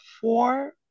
four